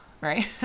Right